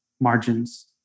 margins